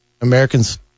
Americans